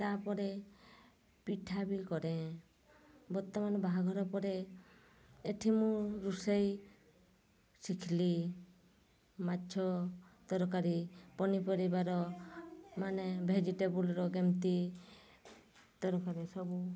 ତା'ପରେ ପିଠା ବି କରେ ବର୍ତ୍ତମାନ୍ ବାହାଘର ପରେ ଏଠି ମୁଁ ରୋଷେଇ ଶିଖିଲି ମାଛ ତରକାରୀ ପନିପରିବାର ମାନେ ଭେଜିଟେବୁଲ୍ର କେମିତି ତରକାରୀ ସବୁ